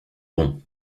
bon